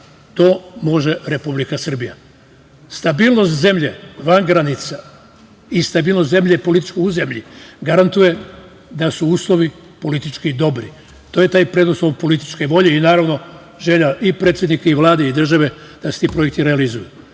To može Republika Srbija. Stabilnost zemlje van granica i stabilnost zemlje politička u zemlji garantuje da su uslovi politički dobri, to je taj preduslov političke volje i naravno želja i predsednika i Vlade i države da se ti projekti realizuju.